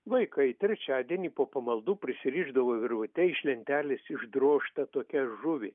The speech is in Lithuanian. vaikai trečiadienį po pamaldų prisirišdavo virvute iš lentelės išdrožtą tokią žuvį